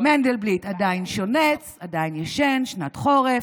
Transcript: מנדלבליט עדיין שונץ, עדיין ישן שנת חורף.